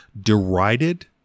derided